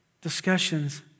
discussions